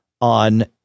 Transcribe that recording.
on